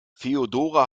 feodora